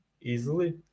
easily